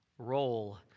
Role